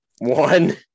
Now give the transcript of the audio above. One